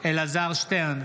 אלעזר שטרן,